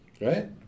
right